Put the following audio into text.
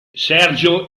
sergio